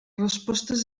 respostes